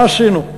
מה עשינו?